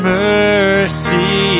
mercy